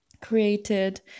created